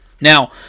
Now